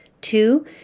Two